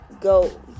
go